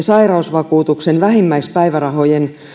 sairausvakuutuksen vähimmäispäivärahojen